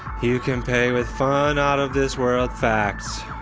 you can pay with fun, out-of-this-world facts